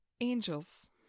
angels